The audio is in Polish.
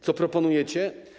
Co proponujecie?